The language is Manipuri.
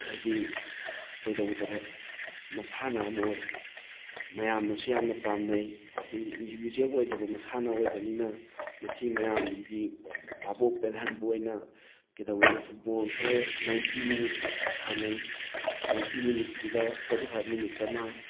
ꯍꯥꯏꯗꯤ ꯀꯩꯗꯧꯗꯕ ꯃꯁꯥꯟꯅ ꯑꯃ ꯑꯣꯏ ꯃꯌꯥꯝꯅꯁꯨ ꯌꯥꯝꯅ ꯄꯥꯝꯅꯩ ꯑꯗꯩ ꯏꯟꯗꯤꯕꯤꯖꯨꯋꯦꯜ ꯑꯣꯏꯗꯕ ꯃꯁꯥꯟꯅ ꯑꯣꯏꯕꯅꯤꯅ ꯃꯁꯤ ꯃꯌꯥꯝꯒꯤ ꯚꯥꯕꯣꯛ ꯄꯦꯜꯍꯟꯕ ꯑꯣꯏꯅ ꯀꯩꯗꯧꯋꯤ ꯐꯨꯠꯕꯣꯜꯁꯦ ꯅꯥꯏꯟꯇꯤ ꯃꯤꯅꯤꯠꯁ ꯁꯥꯟꯅꯩ ꯅꯥꯏꯟꯇꯤ ꯃꯤꯅꯤꯠꯁꯁꯤꯗ ꯐꯣꯔꯇꯤ ꯐꯥꯏꯕ ꯃꯤꯅꯤꯠꯁ ꯑꯃ